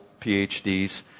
PhDs